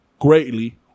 greatly